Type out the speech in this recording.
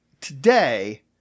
today